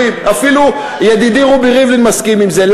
אפילו ידידי רובי ריבלין מסכים עם זה.